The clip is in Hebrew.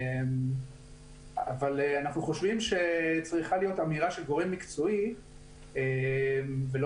אנחנו חושבים שצריכה להיות אמירה של גורם מקצועי ולא